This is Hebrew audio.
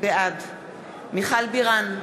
בעד מיכל בירן,